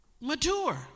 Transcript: mature